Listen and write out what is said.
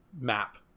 map